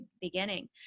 beginning